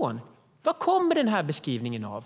det. Vad kommer den här beskrivningen av?